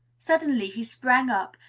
suddenly he sprang up,